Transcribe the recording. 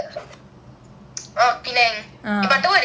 oh penang butterworth is K_L